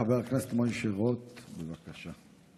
חבר הכנסת משה רוט, בבקשה.